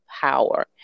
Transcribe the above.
Power